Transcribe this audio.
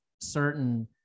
certain